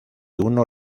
uno